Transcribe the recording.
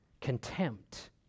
contempt